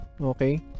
okay